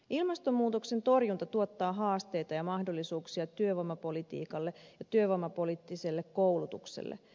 ilmastonmuutoksen torjunta tuottaa haasteita ja mahdollisuuksia työvoimapolitiikalle ja työvoimapoliittiselle koulutukselle